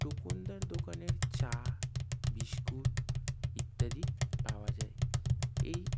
টুকুনদার দোকানের চা বিস্কুট ইত্যাদি পাওয়া যায় এই